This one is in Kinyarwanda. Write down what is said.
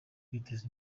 kwiteza